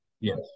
Yes